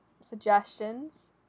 suggestions